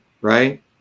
right